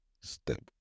step